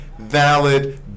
valid